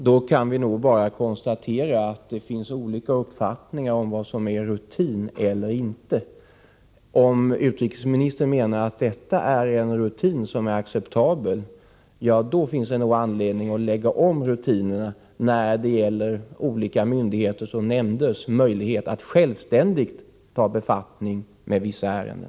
Fru talman! Vi kan således bara konstatera att det finns olika uppfattningar om vad som är rutin eller inte. Om utrikesministern menar att rutinen i detta sammanhang är acceptabel, ja, då finns det nog anledning att lägga om rutinerna när det gäller olika myndigheters och nämnders möjligheter att självständigt befatta sig med vissa ärenden.